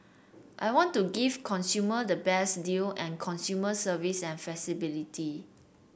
I want to give consumer the best deal and consumer service and flexibility